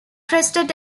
crested